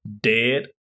dead